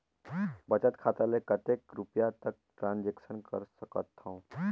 बचत खाता ले कतेक रुपिया तक ट्रांजेक्शन कर सकथव?